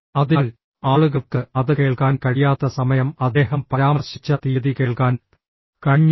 അതിനാൽ ആളുകൾക്ക് അത് കേൾക്കാൻ കഴിയാത്ത സമയം അദ്ദേഹം പരാമർശിച്ച തീയതി കേൾക്കാൻ കഴിഞ്ഞില്ല